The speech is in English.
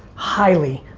highly,